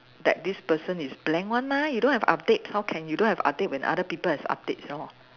that this person is blank one right you don't have update how can you don't have update when other people have updates you know